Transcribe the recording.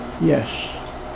Yes